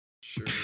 Sure